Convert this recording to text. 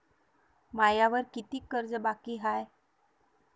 मायावर कितीक कर्ज बाकी हाय?